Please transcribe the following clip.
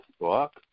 book